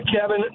kevin